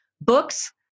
Books